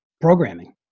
programming